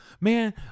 Man